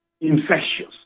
infectious